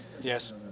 yes